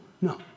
no